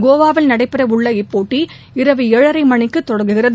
கோவாவில் நடைபெற உள்ள இப்போட்டி இரவு ஏழரை மணிக்கு தொடங்குகிறது